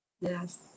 Yes